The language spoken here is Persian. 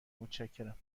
متشکرم